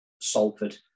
Salford